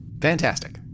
Fantastic